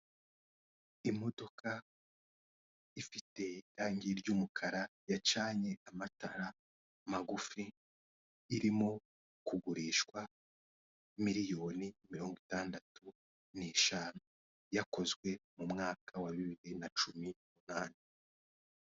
Imodoka ifite irangi ry'umukara yacanye amatara magufi, irimo kugurishwa miliyoni mirongo itandatu n'eshanu, yakozwe mu mwaka wa bibiri na cumi n'umunani.